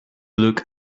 look